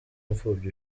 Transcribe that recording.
imfubyi